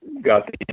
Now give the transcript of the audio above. got